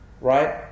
right